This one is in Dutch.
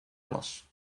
glas